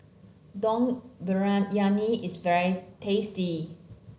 Dum Briyani is very tasty